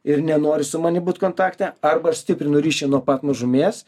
ir nenori su manim būt kontakte arba aš stiprinu ryšį nuo pat mažumės